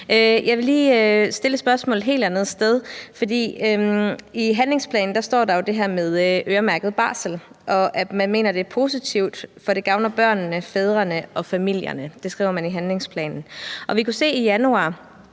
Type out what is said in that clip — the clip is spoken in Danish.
Jeg vil lige stille et spørgsmål til et helt andet sted. For i handlingsplanen står der jo det her med øremærket barsel, og at man mener, det er positivt, fordi det gavner børnene, fædrene og familierne. Det skriver man i handlingsplanen. Vi kunne se i januar,